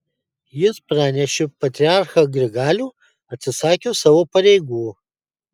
jis pranešė patriarchą grigalių atsisakius savo pareigų